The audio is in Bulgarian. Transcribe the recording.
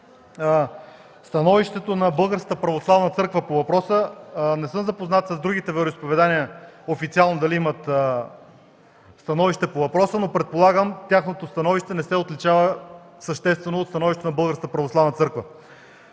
становището на Българската православна църква по въпроса. Не съм запознат дали другите вероизповедания имат официално становище по въпроса, но предполагам, че то не се отличава съществено от това на Българската православна църква.